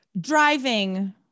driving